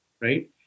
right